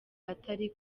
atari